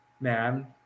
man